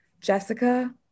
Jessica